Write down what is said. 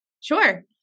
Sure